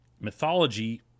mythology